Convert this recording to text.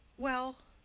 well,